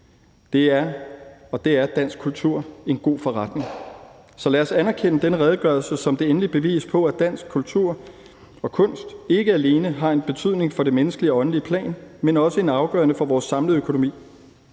det er, at dansk kultur er en god forretning. Så lad os anerkende denne redegørelse som det endelige bevis på, at dansk kultur og kunst ikke alene har en betydning på det menneskelige og åndelige plan, men også er afgørende for vores samlede økonomi.